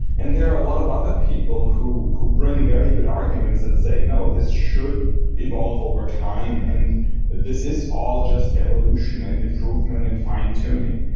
and there are a lot of other people who who bring very good arguments that say, no, this should evolve over time, and this is all just evolution and improvement and fine tuning.